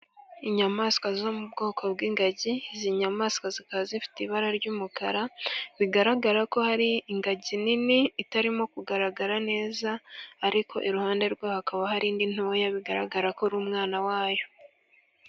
Inyamaswa zo mu bwoko bw'ingagi. Izi nyamaswa zikaba zifite ibara ry'umukara , bigaragara ko hari ingagi nini itarimo kugaragara neza , ariko iruhande rwayo hakaba hari indi ntoya bigaragara ko ari umwana wayo.